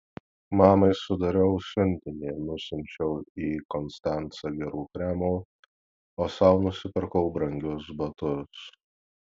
mamai sudariau siuntinį nusiunčiau į konstancą gerų kremų o sau nusipirkau brangius batus